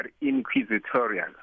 inquisitorial